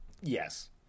Yes